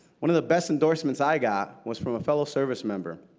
one of the best endorsements i got was from a fellow service member.